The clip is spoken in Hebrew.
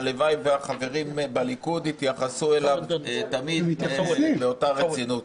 והלוואי והחברים בליכוד יתייחסו אליו תמיד באותה רצינות.